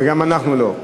וגם אנחנו לא.